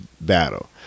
battle